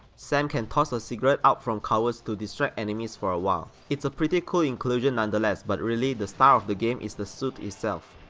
sam can toss a cigarette out from covers to distract enemies for awhile, it's a pretty cool inclusion nonetheless but really the star of the game is the suit itself.